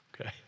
okay